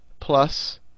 plus